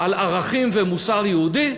על ערכים ומוסר יהודי,